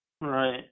Right